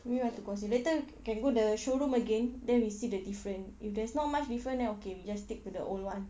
maybe want to consider later can go the showroom again then we see the different if there's not much different then okay we just stick to the old one